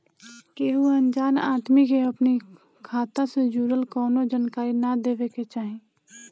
केहू अनजान आदमी के अपनी खाता से जुड़ल कवनो जानकारी ना देवे के चाही